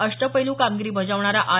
अष्टपैलू कामगिरी बजावणारा आर